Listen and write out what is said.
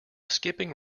skipping